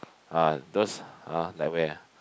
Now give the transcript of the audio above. ah those !huh! like where ah